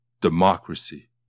democracy